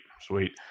Sweet